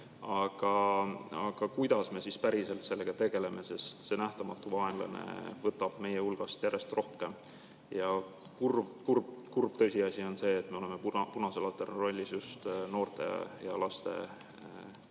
Aga kuidas me päriselt sellega tegeleme? See nähtamatu vaenlane tabab meie hulgast järjest rohkemaid. Ja kurb tõsiasi on see, et me oleme punase laterna rollis just noorte ja laste